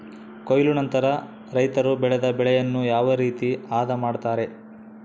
ಕೊಯ್ಲು ನಂತರ ರೈತರು ಬೆಳೆದ ಬೆಳೆಯನ್ನು ಯಾವ ರೇತಿ ಆದ ಮಾಡ್ತಾರೆ?